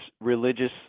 religious